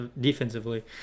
defensively